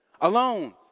Alone